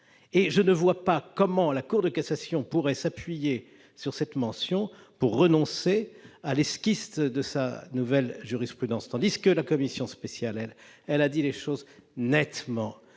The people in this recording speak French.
et je ne vois pas comment la Cour de cassation pourrait s'appuyer sur cette mention pour renoncer à la nouvelle jurisprudence qu'elle vient d'esquisser. La commission spéciale, elle, a dit les choses nettement